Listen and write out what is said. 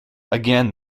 again